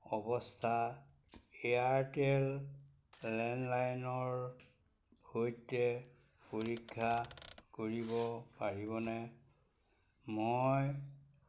অৱস্থা এয়াৰটেল লেণ্ডলাইনৰ সৈতে পৰীক্ষা কৰিব পাৰিবনে মই